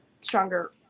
stronger